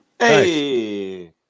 Hey